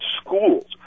schools